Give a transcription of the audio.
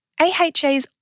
AHAs